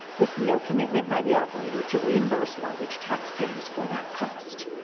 with no commitment by the operator to reimburse long beach taxpayers for that cost.